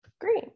Great